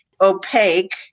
opaque